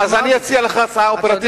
אז אני אציע לך הצעה אופרטיבית.